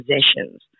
possessions